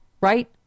right